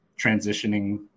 transitioning